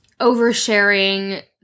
oversharing